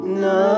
no